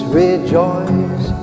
rejoice